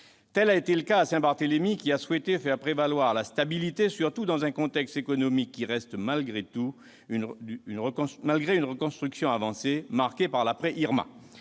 Tel a été le cas à Saint-Barthélemy qui a souhaité faire prévaloir la stabilité, surtout dans un contexte économique qui reste, malgré une reconstruction avancée, marqué par l'après-Irma.